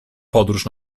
podróż